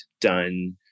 done